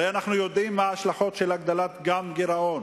הרי אנחנו יודעים מה ההשלכות של הגדלת גירעון.